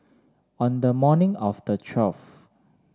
on the morning of the twelfth